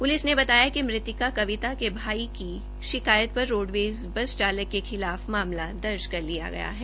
police ने बताया कि मतिका कविता के भाई की शिकायत पर रोडवेज बस चालक के खिलाफ मामला दर्जकर लिया गया है